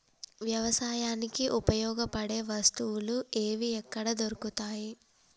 వ్యవసాయానికి ఉపయోగపడే వస్తువులు ఏవి ఎక్కడ దొరుకుతాయి?